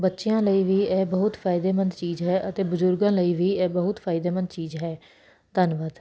ਬੱਚਿਆਂ ਲਈ ਵੀ ਇਹ ਬਹੁਤ ਫਾਇਦੇਮੰਦ ਚੀਜ਼ ਹੈ ਅਤੇ ਬਜ਼ੁਰਗਾਂ ਲਈ ਵੀ ਇਹ ਬਹੁਤ ਫਾਇਦੇਮੰਦ ਚੀਜ਼ ਹੈ ਧੰਨਵਾਦ